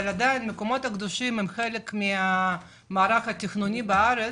אבל עדיין המקומות הקדושים הם חלק מהמערך התכנוני בארץ.